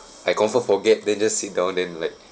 I confirm forget then just sit down then like